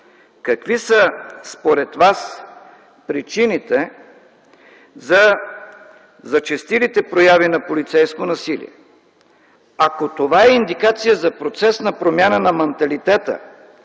какви са според Вас причините за зачестилите прояви на полицейско насилие? Ако това е индикация за процес на промяна на манталитета,